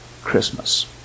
Christmas